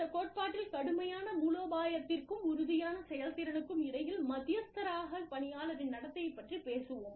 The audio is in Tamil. இந்த கோட்பாட்டில் கடுமையான மூலோபாயத்திற்கும் உறுதியான செயல்திறனுக்கும் இடையில் மத்தியஸ்தராக பணியாளரின் நடத்தையைப் பற்றிப் பேசுவோம்